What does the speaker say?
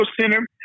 center